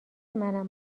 منم